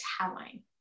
telling